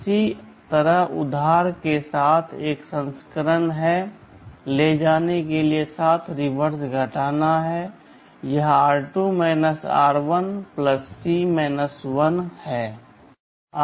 इसी तरह उधार के साथ एक संस्करण है ले जाने के साथ रिवर्स घटाना यह r2 r1 C 1 है